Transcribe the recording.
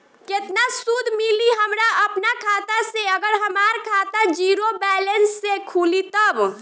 केतना सूद मिली हमरा अपना खाता से अगर हमार खाता ज़ीरो बैलेंस से खुली तब?